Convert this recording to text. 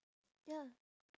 ya